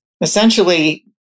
Essentially